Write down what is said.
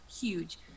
huge